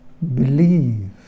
believe